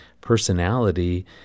personality